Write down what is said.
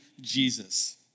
Jesus